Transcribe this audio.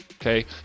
Okay